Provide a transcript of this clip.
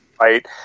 right